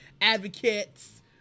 advocates